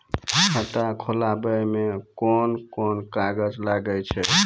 खाता खोलावै मे कोन कोन कागज लागै छै?